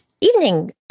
evening